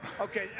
Okay